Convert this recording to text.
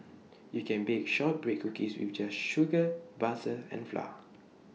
you can bake Shortbread Cookies just with sugar butter and flour